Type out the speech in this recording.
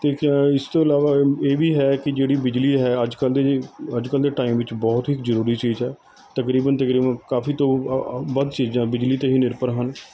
ਅਤੇ ਕਿਆ ਇਸ ਤੋਂ ਇਲਾਵਾ ਇਹ ਵੀ ਹੈ ਕਿ ਜਿਹੜੀ ਬਿਜਲੀ ਹੈ ਅੱਜ ਕੱਲ੍ਹ ਦੀ ਅੱਜ ਕੱਲ੍ਹ ਦੇ ਟਾਈਮ ਵਿੱਚ ਬਹੁਤ ਹੀ ਜ਼ਰੂਰੀ ਚੀਜ਼ ਹੈ ਤਕਰੀਬਨ ਤਕਰੀਬਨ ਕਾਫ਼ੀ ਤੋਂ ਵੱਧ ਚੀਜ਼ਾਂ ਬਿਜਲੀ 'ਤੇ ਹੀ ਨਿਰਭਰ ਹਨ